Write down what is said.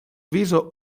viso